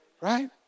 right